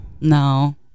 No